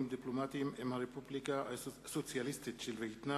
דיפלומטיים עם הרפובליקה הסוציאליסטית של וייטנאם.